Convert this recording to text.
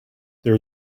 there